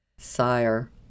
Sire